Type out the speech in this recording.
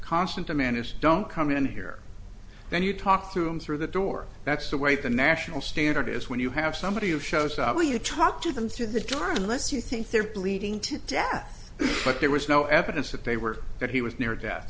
constant demand is don't come in here then you talk to them through the door that's the way the national standard is when you have somebody who shows up when you talk to them through the door unless you think they're bleeding to death but there was no evidence that they were that he was near death